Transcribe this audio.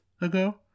ago